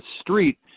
street